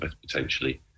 potentially